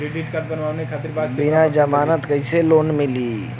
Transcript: बिना जमानत क कइसे लोन मिली?